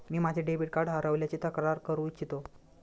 मी माझे debit card हरवल्याची तक्रार करू इच्छितो